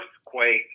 earthquake